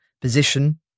position